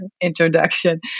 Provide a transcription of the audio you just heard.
introduction